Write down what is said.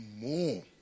more